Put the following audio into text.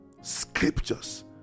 Scriptures